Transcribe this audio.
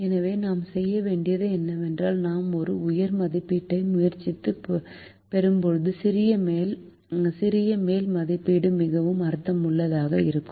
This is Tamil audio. எனவே நாம் செய்ய வேண்டியது என்னவென்றால் நாம் ஒரு உயர் மதிப்பீட்டை முயற்சித்துப் பெறும்போது சிறிய மேல் மதிப்பீடு மிகவும் அர்த்தமுள்ளதாக இருக்கும்